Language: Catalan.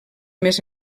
més